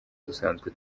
dusanzwe